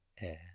air